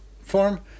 form